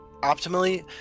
optimally